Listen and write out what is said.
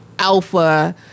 Alpha